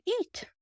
eat